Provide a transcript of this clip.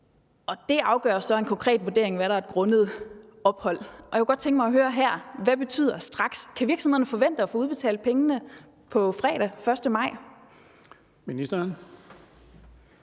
ugrundet ophold, og en konkret vurdering afgør så, hvad der er et grundet ophold. Jeg kunne godt tænke mig at høre her: Hvad betyder »straks«? Kan virksomhederne forvente at få udbetalt pengene på fredag, 1. maj?